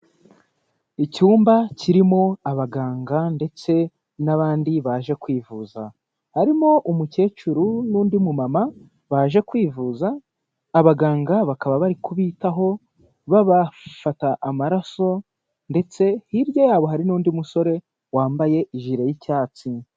Icyumba kirimo abaganga ndetse n'abandi baje kwivuza, harimo umukecuru n'undi mumama baje kwivuza, abaganga bakaba bari kubitaho babafata amaraso ndetse hirya yabo hari n'undi musore wambaye ijire y'icyatsi.